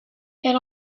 elle